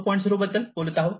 0 बद्दल बोलत आहोत